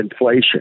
inflation